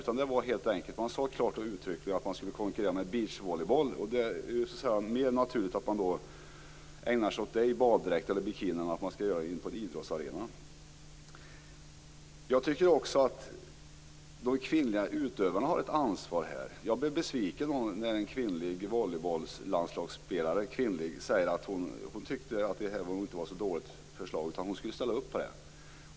Man sade klart och tydligt att man skulle konkurrera med beachvolleyboll. Det är ju mer naturligt att man har baddräkt eller bikini på sig när man ägnar sig åt beachvolleyboll än att man skall ha det inne på en idrottsarena. Jag tycker också att de kvinnliga utövarna har ett ansvar. Jag blev besviken när en kvinnlig volleybollspelare i landslaget sade att hon inte tyckte att det här var ett så dåligt förslag. Hon skulle ställa upp på det.